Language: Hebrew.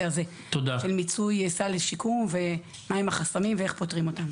הזה של מיצוי סל שיקום ומה הם החסמים ואיך פותרים אותם.